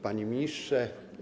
Panie Ministrze!